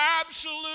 absolute